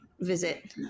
visit